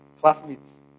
classmates